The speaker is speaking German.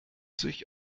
sich